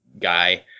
guy